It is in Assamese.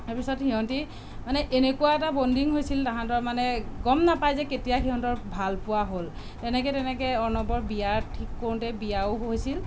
তাৰপিছত সিহঁতি মানে এনেকুৱা এটা বণ্ডিং হৈছিল তাহাঁতৰ মানে গম নাপাই যে কেতিয়া সিহঁতৰ ভাল পোৱা হ'ল এনেকে তেনেকে অৰ্ণৱৰ বিয়া ঠিক কৰোঁতে বিয়াও হৈছিল